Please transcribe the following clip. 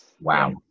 wow